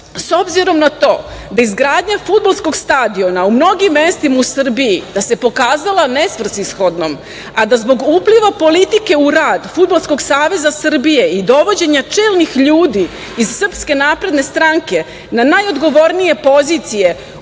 s obzirom na to da se izgradnja fudbalskog stadiona u mnogim mestima u Srbiji pokazala nesvrsishodnom, a da zbog upliva politike u rad Fudbalskog saveza Srbije i dovođenja čelnih ljudi iz SNS na najodgovornije pozicije